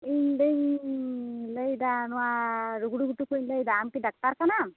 ᱤᱧ ᱫᱚᱹᱧ ᱞᱟᱹᱭᱮᱫᱟ ᱱᱚᱣᱟ ᱨᱩᱜᱽᱲᱩ ᱜᱷᱩᱴᱩ ᱠᱷᱚᱡ ᱤᱧ ᱞᱟᱹᱭᱮᱫᱟ ᱟᱢ ᱠᱤ ᱰᱟᱠᱛᱟᱨ ᱠᱟᱱᱟᱢ